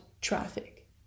traffic